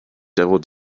devil